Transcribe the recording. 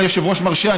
אם היושב-ראש מרשה,